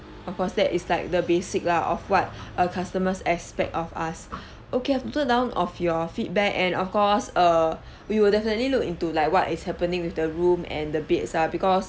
of course that is like the basic lah of what uh customers expect of us okay I've noted down of your feedback and of course err we will definitely look into like what is happening with the room and the beds lah because